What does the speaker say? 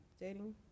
dating